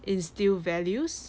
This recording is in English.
instill values